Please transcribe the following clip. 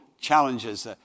challenges